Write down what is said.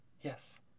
Yes